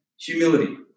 Humility